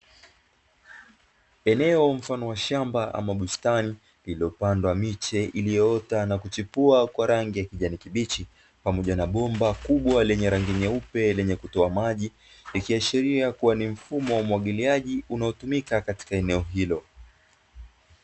Eneo mfano wa shamba ama bustani iliyopandwa miche iliyoota na kuchipua kwa rangi ya kijani kibichi, pamoja na bomba kubwa lenye rangi nyeupe lenye kutoa maji, likiashiria kuwa ni mfumo wa umwagiliaji unaotumika katika eneo hilo.